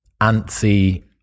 antsy